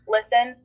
Listen